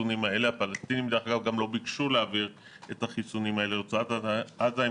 הפלסטינים גם לא ביקשו להעביר את החיסונים האלה לרצועת עזה.